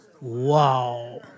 Wow